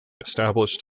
established